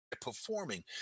performing